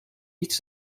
iets